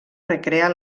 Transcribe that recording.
recrear